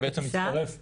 שמצטרף --- אכסאל?